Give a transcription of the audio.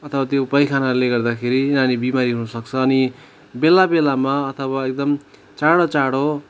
अथवा पाइखानाले गर्दाखेरि नानी बिमारी हुनसक्छ अनि बेला बेलामा अथवा एकदम चाडो चाडो